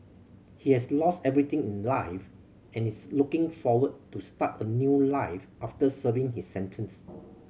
he has lost everything in life and is looking forward to start a new life after serving his sentence